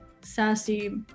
sassy